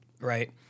right